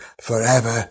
forever